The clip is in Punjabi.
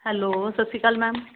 ਹੈਲੋ ਸਤਿ ਸ਼੍ਰੀ ਅਕਾਲ ਮੈਮ